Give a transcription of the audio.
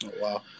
Wow